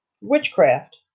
witchcraft